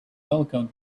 welcomed